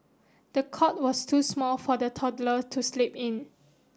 the cot was too small for the toddler to sleep in